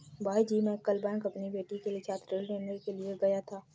भाईजी मैं कल बैंक अपनी बेटी के लिए छात्र ऋण लेने के लिए गया था